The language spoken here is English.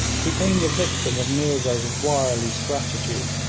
became the victim of meerza's wily strategy.